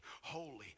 holy